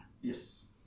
Yes